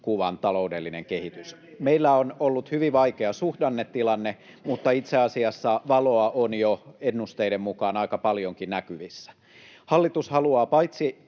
— Naurua oikealta] Meillä on ollut hyvin vaikea suhdannetilanne, mutta itse asiassa valoa on ennusteiden mukaan jo aika paljonkin näkyvissä. Hallitus haluaa paitsi